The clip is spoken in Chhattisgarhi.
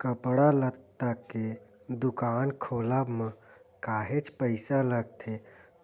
कपड़ा लत्ता के दुकान खोलब म काहेच पइसा लगथे